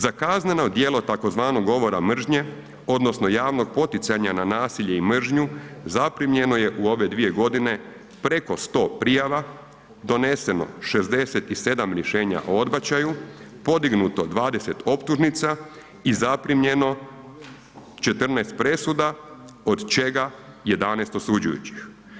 Za kazneno djelo tzv. govora mržnje odnosno javnog poticanja na nasilje i mržnju zaprimljeno je u ove dvije godine preko 100 prijava, doneseno 67 rješenja o odbačaju, podignuto 20 optužnica i zaprimljeno 14 presuda od čega 11 osuđujućih.